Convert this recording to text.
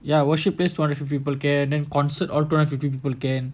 ya worship place two hundred fifty people can then concert all two hundred people can